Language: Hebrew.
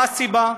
מה הסיבה?